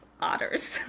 otters